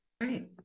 Right